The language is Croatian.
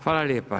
Hvala lijepa.